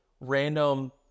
random